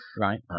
Right